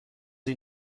این